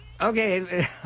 Okay